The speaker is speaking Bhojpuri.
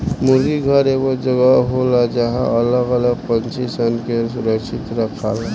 मुर्गी घर एगो जगह होला जहां अलग अलग पक्षी सन के सुरक्षित रखाला